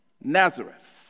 Nazareth